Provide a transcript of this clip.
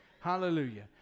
Hallelujah